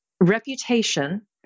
reputation